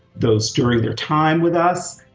those during their time with us,